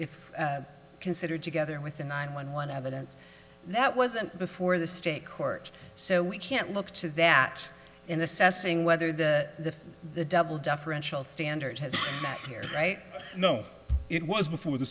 considered together with the nine one one evidence that wasn't before the state court so we can't look to that in assessing whether the the double deferential standard has that here right no it was before the